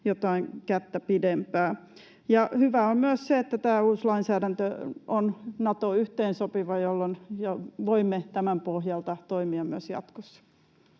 jotain kättä pidempää. Hyvää on myös se, että tämä uusi lainsäädäntö on Nato-yhteensopiva, jolloin voimme tämän pohjalta toimia myös jatkossa.